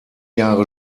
jahre